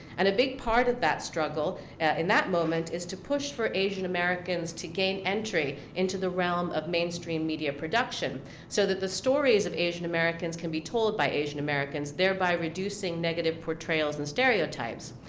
and a big part of that struggle in that moment is to push for asian americans to gain entry into the realm of mainstream media production so that the stories of asian americans can be told by asian americans, thereby reducing negative portrayals and stereotypes.